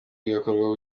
bigakorwa